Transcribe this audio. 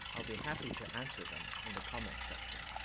i'll be happy to answer them in the comments section.